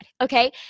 okay